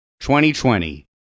2020